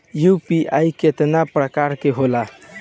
UPI केतना प्रकार के होला?